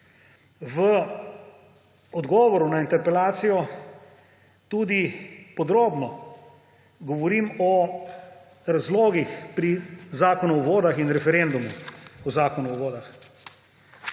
V odgovoru na interpelacijo tudi podrobno govorim o razlogih pri Zakonu o vodah in referendumu